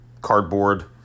cardboard